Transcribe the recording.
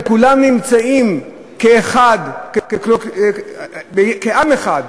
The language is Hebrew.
כולם נמצאים, כאחד, כעם אחד,